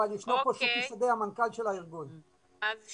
ארגון חברות ההסעה בישראל.